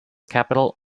capital